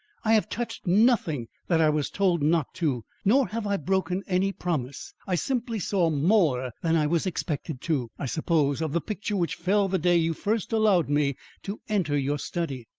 i have touched nothing that i was told not to, nor have i broken any promise. i simply saw more than i was expected to, i suppose, of the picture which fell the day you first allowed me to enter your study.